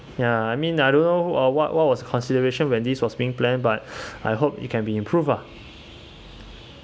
ya I mean I don't know uh what what was a consideration when this was being planned but I hope it can be improved ah